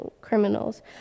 criminals